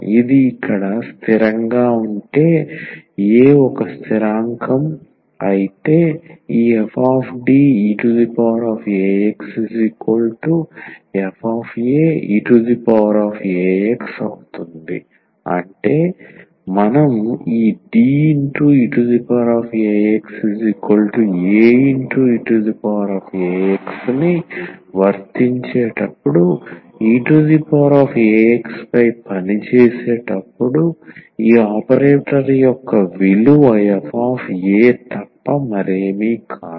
ఇది ఇక్కడ స్థిరంగా ఉంటే a ఒక స్థిరాంకం అయితే ఈ fDeaxfaeax అంటే మనం ఈ Deaxaeax వర్తించేటప్పుడు eax పై పనిచేసేటప్పుడు ఈ ఆపరేటర్ యొక్క విలువ fa తప్ప మరేమీ కాదు